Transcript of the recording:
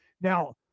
Now